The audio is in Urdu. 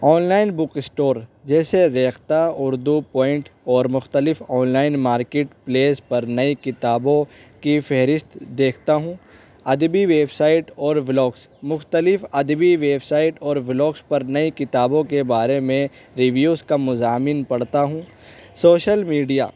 آن لائن بک اسٹور جیسے ریختہ اردو پوائنٹ اور مختلف آن لائن مارکیٹ پلیس پر نئی کتابوں کی فہرست دیکھتا ہوں ادبی ویب سائٹ اور ولاگز مختلف ادبی ویب سائٹ اور ولاگز پر نئی کتابوں کے بارے میں ریوویز کا مضامین پڑھتا ہوں سوشل میڈیا